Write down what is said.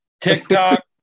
TikTok